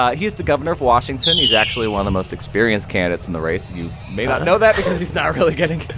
he is the governor of washington. he's actually one of most experienced candidates in the race. you may not know that because he's not really getting.